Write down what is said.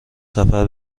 سفر